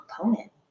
component